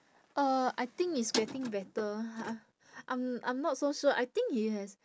uh I think it's getting better !huh! I'm I'm not so sure I think he has